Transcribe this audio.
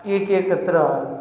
एकैकत्र